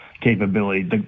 capability